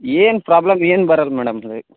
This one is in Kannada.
ಏನು ಪ್ರಾಬ್ಲಮ್ ಏನು ಬರಲ್ಲ ಮೇಡಮರೆ